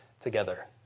together